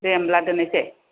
दे होनब्ला दोन्नायसै